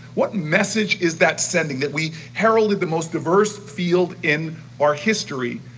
what message is that sending that we heralded the most diverse field in our history,